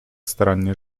starannie